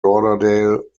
lauderdale